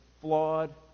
flawed